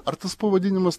ar tas pavadinimas